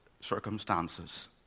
circumstances